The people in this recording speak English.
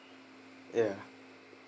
ya